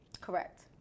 Correct